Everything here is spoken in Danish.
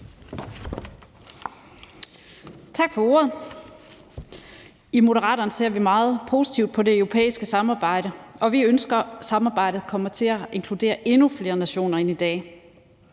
Tak for ordet. I Moderaterne ser vi meget positivt på det europæiske samarbejde, og vi ønsker, at samarbejdet kommer til at inkludere endnu flere nationer end i dag.